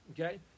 Okay